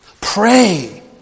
Pray